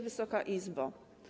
Wysoka Izbo!